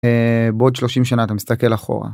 ‫בעוד 30 שנה אתה מסתכל אחורה.